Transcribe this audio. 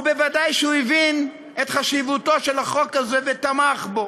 וודאי שהוא הבין את חשיבותו של החוק הזה ותמך בו.